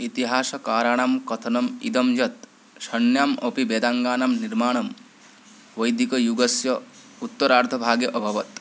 इतिहासकाराणां कथनम् इदं यत् षण्णामपि वेदाङ्गानां निर्माणं वैदिकयुगस्य उत्तरार्धभागे अभवत्